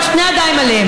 בבקשה, אדוני.